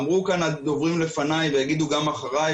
אמרו כאן הדוברים לפני ויאמרו גם אחרי,